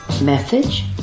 message